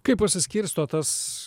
kaip pasiskirsto tas